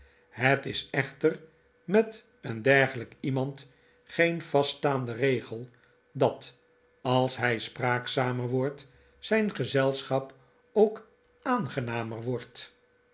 het is echter met een dergelijk iemand geen vaststaande regel dat als hij spraakzamer wordt zijn gezelschap ook aangenamer wordt